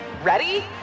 Ready